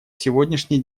сегодняшний